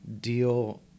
deal